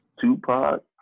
Tupac